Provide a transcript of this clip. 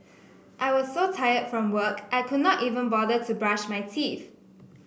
I was so tired from work I could not even bother to brush my teeth